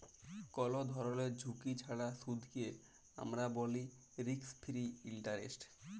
call ধরলের ঝুঁকি ছাড়া সুদকে আমরা ব্যলি রিস্ক ফিরি ইলটারেস্ট